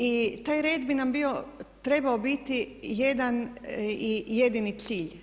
I taj red bi nam trebao biti jedan i jedini cilj.